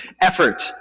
effort